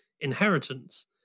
Inheritance